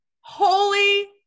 Holy